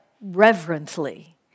reverently